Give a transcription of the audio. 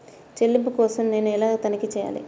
చెల్లింపుల కోసం నేను ఎలా తనిఖీ చేయాలి?